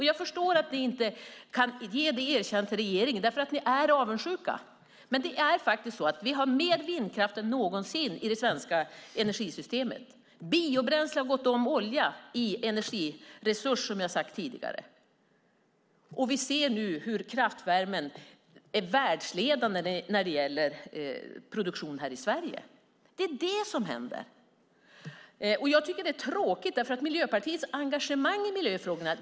Jag förstår att ni inte kan ge regeringen ett erkännande. Ni är avundsjuka. Vi har mer vindkraft än någonsin i det svenska energisystemet. Biobränsle har gått om olja i energiresurs, som jag har sagt tidigare. Sverige är ledande när det gäller produktionen av kraftvärme. Jag har respekt för Miljöpartiets engagemang i miljöfrågor.